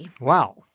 Wow